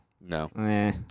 No